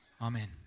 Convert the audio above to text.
amen